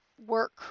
work